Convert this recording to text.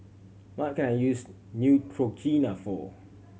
what can I use Neutrogena for